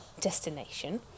destination